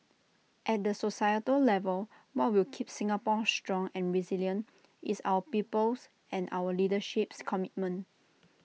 at the societal level what will keep Singapore strong and resilient is our people's and our leadership's commitment